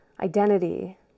identity